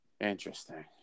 Interesting